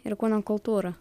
ir kūno kultūrą